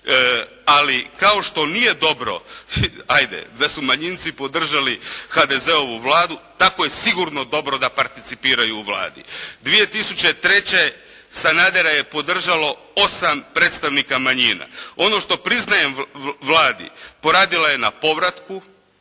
Ali kao što nije dobro, ajde da su manjinci podržali HDZ-ovu Vladu, tako je sigurno dobro da participiraju u Vladi. 2003. Sanadera je podržalo 8 predstavnika manjina. Ono što priznajem Vladi poradila je na povratku